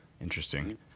Interesting